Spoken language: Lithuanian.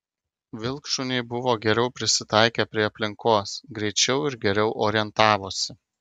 vilkšuniai buvo geriau prisitaikę prie aplinkos greičiau ir geriau orientavosi